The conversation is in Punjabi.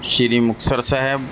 ਸ੍ਰੀ ਮੁਕਤਸਰ ਸਾਹਿਬ